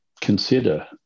consider